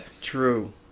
True